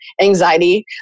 anxiety